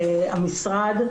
המשרד,